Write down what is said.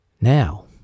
Now